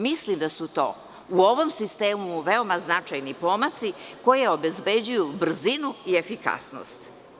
Mislim da su to u ovom sistemu veoma značajni pomaci koje obezbeđuju brzinu i efikasnost.